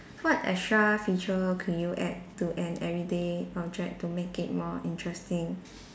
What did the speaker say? what extra feature can you add to an everyday object to make it more interesting